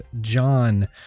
John